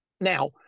Now